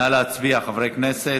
נא להצביע, חברי הכנסת.